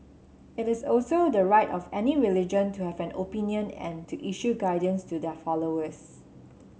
it is also the right of any religion to have an opinion and to issue guidance to their followers